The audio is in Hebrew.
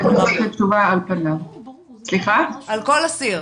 על כל אסיר